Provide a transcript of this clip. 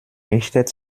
richtet